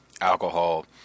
alcohol